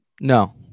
No